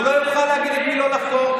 הוא לא יכול להגיד את מי לא לחקור.